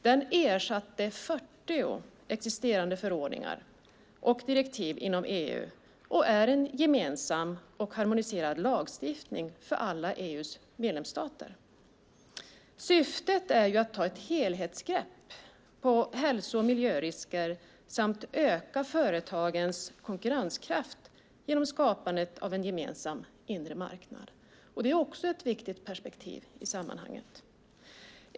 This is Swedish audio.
Den ersatte 40 existerande förordningar och direktiv inom EU och är en gemensam och harmoniserad lagstiftning för alla EU:s medlemsstater. Syftet är att ta ett helhetsgrepp på hälso och miljörisker samt öka företagens konkurrenskraft genom skapandet av en gemensam inre marknad. Det är också ett viktigt perspektiv i sammanhanget.